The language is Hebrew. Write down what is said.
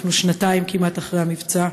אנחנו שנתיים כמעט אחרי המבצע.